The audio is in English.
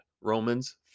Romans